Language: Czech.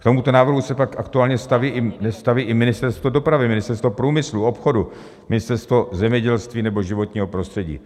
K tomuto návrhu se tak aktuálně nestaví i Ministerstvo dopravy, Ministerstvo průmyslu, obchodu, Ministerstvo zemědělství nebo životního prostředí.